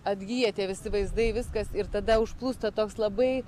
atgyja tie visi vaizdai viskas ir tada užplūsta toks labai